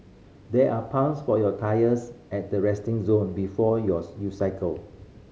there are pumps for your tyres at the resting zone before your you cycle